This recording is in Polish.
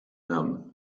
nam